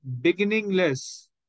beginningless